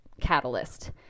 catalyst